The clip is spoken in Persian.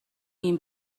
این